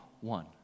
one